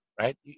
right